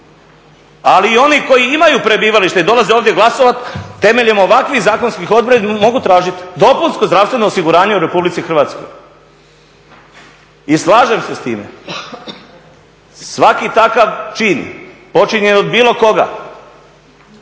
Ali i oni koji imaju prebivalište i dolaze ovdje glasovati, temeljem ovakvih zakonskih odredbi mogu tražiti dopunsko zdravstveno osiguranje u RH. I slažem se s time, svaki takav čin počinjen od bilo koga